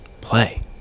play